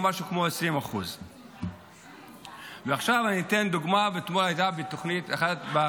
הוא משהו כמו 20%. עכשיו אני אתן דוגמה מתוך תוכנית טלוויזיה,